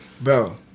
Bro